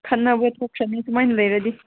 ꯈꯠꯅꯕ ꯊꯣꯛꯈ꯭ꯔꯅꯤ ꯁꯨꯃꯥꯏꯅ ꯂꯩꯔꯗꯤ